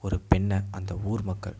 ஒரு பெண்ணை அந்த ஊர் மக்கள்